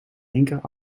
linker